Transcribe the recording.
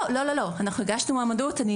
אנחנו הגשנו מועמדות,